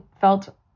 felt